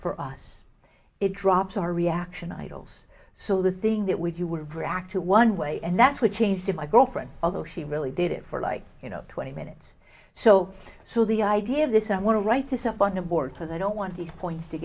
for us it drops our reaction idols so the thing that would you would react to one way and that's what changed in my girlfriend although she really did it for like you know twenty minutes or so so the idea of this i want to write this up on a board that i don't want these points to